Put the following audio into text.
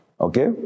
Okay